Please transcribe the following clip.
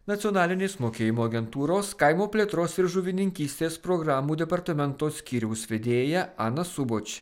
nacionalinės mokėjimo agentūros kaimo plėtros ir žuvininkystės programų departamento skyriaus vedėja ana suboč